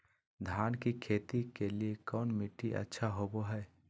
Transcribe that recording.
धान की खेती के लिए कौन मिट्टी अच्छा होबो है?